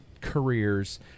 careers